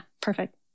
perfect